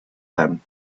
them